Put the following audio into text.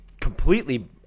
completely